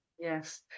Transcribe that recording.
Yes